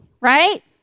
right